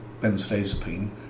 benzodiazepine